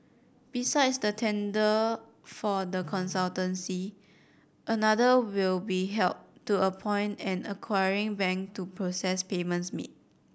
besides the tender for the consultancy another will be held to appoint an acquiring bank to process payments made